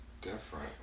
different